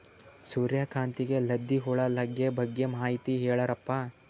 ಸೂರ್ಯಕಾಂತಿಗೆ ಲದ್ದಿ ಹುಳ ಲಗ್ಗೆ ಬಗ್ಗೆ ಮಾಹಿತಿ ಹೇಳರಪ್ಪ?